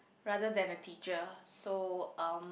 rather than a teacher so um